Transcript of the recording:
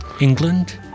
England